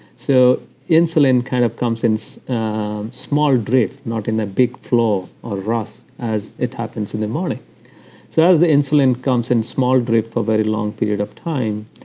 so insulin kind of comes in so and small drips, not in a big flow, or rush as it happens in the morning so as the insulin comes in small drip for very long period of time,